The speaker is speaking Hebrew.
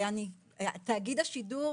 תאגיד השידור